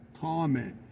comment